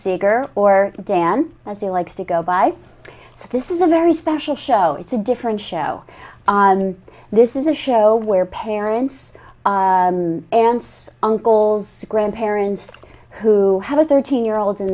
seeger or dan as he likes to go by so this is a very special show it's a different show this is a show where parents aunts uncles grandparents who have a thirteen year old in